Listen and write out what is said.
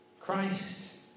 Christ